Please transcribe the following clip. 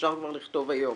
אפשר כבר לכתוב היום